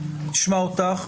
נשמע אותך,